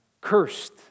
cursed